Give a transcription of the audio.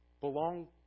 belong